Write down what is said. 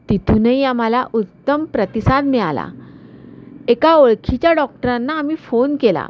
तिथूनही आम्हाला उत्तम प्रतिसाद मिळाला एका ओळखीच्या डॉक्टरांना आम्ही फोन केला